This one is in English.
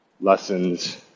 lessons